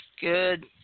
Good